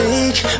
Take